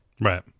right